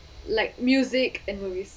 like music and movies